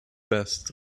best